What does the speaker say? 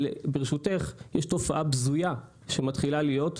יש תופעה בזויה שמתחילה להיות,